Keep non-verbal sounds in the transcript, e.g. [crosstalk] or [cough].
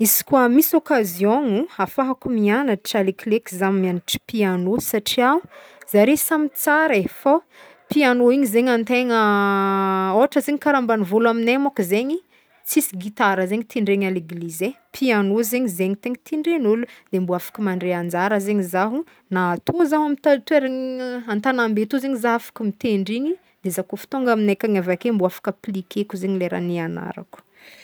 Izy koa misy occasion gno ahafahako miagnatra alekileky za miagnatry piano satria zare samy tsara e fô piano igny zaigny antegna [hesitation] ôhatra zaigny karaha ambanivolo amignay mônko zaigny tsisy gitara zegny tindregna à l'eglizy e piano zegny zegny tegna tindregn'olo de mbô afaka mandray anjara zegny zaho na atô zaho amy ta- toeragna [hesitation] antagnambe tô zegny za afaka mitendry igny de za kô fo tonga amignay akagny avake mbô afaka appliqueko zegny raha niagnarako.